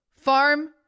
farm